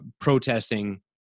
protesting